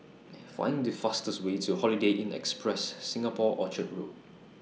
Find The fastest Way to Holiday Inn Express Singapore Orchard Road